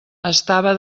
estava